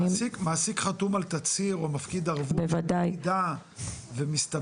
מעסיק חתום על תצהיר ומפקיד ערבות --- ומסתבר שהוא